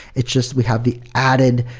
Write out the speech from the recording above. it's just we have the added,